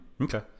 Okay